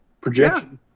projection